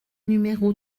numéro